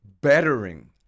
bettering